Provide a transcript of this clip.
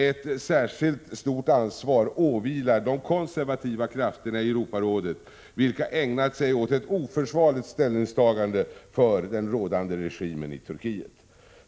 Ett särskilt stort ansvar åvilar de konservativa krafterna inom Europarådet, vilka ägnat sig åt ett oförsvarligt ställningstagande för den rådande regimen i Turkiet.